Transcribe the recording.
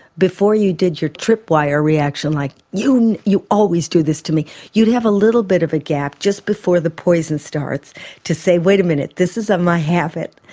before you did your trip-wire reaction, like you you always do this to me you'd have a little bit of a gap just before the poison starts to say, wait a minute this is not um my habit,